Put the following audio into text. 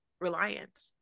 reliant